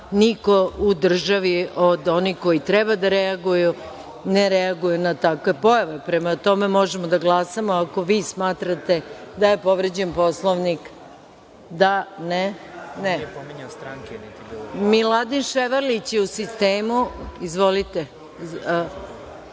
niko u državi od onih koji treba da reaguju ne reaguju na takve pojave. Prema tome, možemo da glasamo ako vi smatrate da je povređen Poslovnik. Da ili ne? Ne. Miladin Ševarlić je u sistemu. Izvolite,